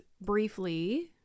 briefly